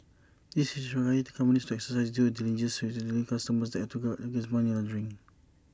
this is to require companies to exercise due diligence when dealing with customers and to guard against money laundering